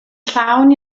llawn